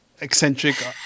eccentric